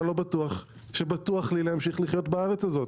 לא בטוח שבטוח עבורי להמשיך לחיות בארץ הזו.